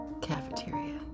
cafeteria